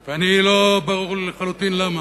ואני, לא ברור לי לחלוטין למה.